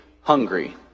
hungry